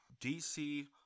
DC